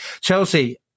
Chelsea